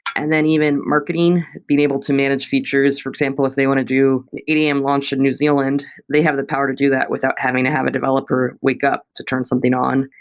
and then even marketing, being able to manage features. for example, if they want to do an eight a m. launch in new zealand, they have the power to do that without having to have a developer wake up to turn something on.